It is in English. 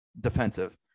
defensive